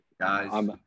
guys